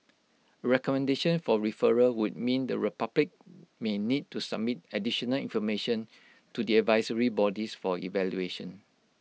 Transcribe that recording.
recommendation for referral would mean the republic may need to submit additional information to the advisory bodies for evaluation